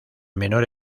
menor